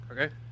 Okay